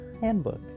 Handbook